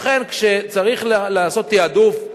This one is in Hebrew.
לכן כשצריך לעשות תעדוף,